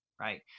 Right